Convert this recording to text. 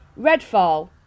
Redfall